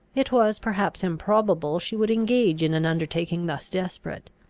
it was perhaps improbable she would engage in an undertaking thus desperate.